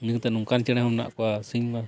ᱱᱤᱛᱚᱜ ᱱᱚᱝᱠᱟᱱ ᱪᱮᱬᱮ ᱦᱚᱸ ᱢᱮᱱᱟᱜ ᱠᱚᱣᱟ